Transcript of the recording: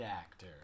actor